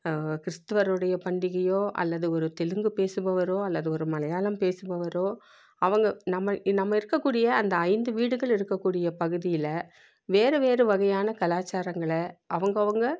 கிறிஸ்துவரோடய பண்டிகையோ அல்லது ஒரு தெலுங்கு பேசுபவரோ அல்லது ஒரு மலையாளம் பேசுபவரோ அவங்க நம்ம இ நம்ம இருக்கக்கூடிய அந்த ஐந்து வீடுகள் இருக்கக்கூடிய பகுதியில் வேற வேறு வகையான கலாச்சாரங்களை அவங்கவங்க